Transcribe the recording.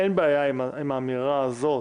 אין בעיה עם האמירה הזאת.